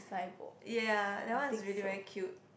ya that one is really very cute